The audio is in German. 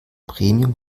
premium